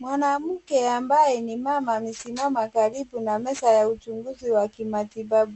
Mwanamke ambaye ni mama amesimama karibu na meza ya uchunguzi wa kimatibabu.